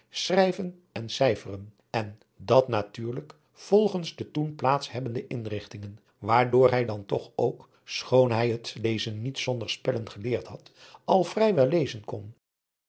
schrijven en cijferen en dat natuurlijk volgens de toen adriaan loosjes pzn het leven van johannes wouter blommesteyn plaats hebbende inrigtingen waardoor hij dan toch ook schoon hij het lezen niet zonder spellen geleerd had al vrij wel lezen kon